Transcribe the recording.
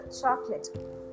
chocolate